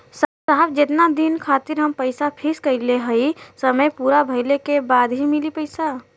साहब जेतना दिन खातिर हम पैसा फिक्स करले हई समय पूरा भइले के बाद ही मिली पैसा?